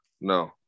No